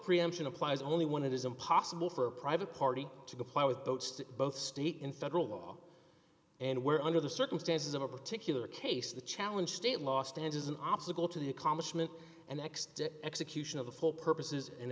preemption applies only one it is impossible for a private party to comply with votes to both state and federal law and where under the circumstances of a particular case the challenge state law stands as an obstacle to the accomplishment and next execution of the full purposes and